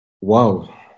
Wow